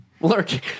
Lurking